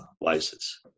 license